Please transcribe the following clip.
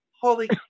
Holy